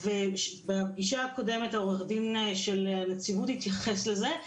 בפגישה הקודמת עורך הדין של הנציבות התייחס לזה,